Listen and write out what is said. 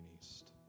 east